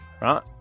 right